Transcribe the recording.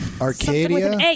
Arcadia